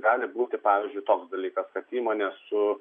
gali būti pavyzdžiui toks dalykas kad įmonė su